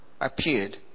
appeared